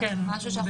אם תרצו